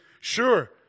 sure